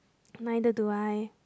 neither do I